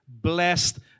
blessed